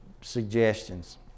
suggestions